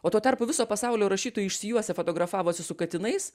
o tuo tarpu viso pasaulio rašytojai išsijuosę fotografavosi su katinais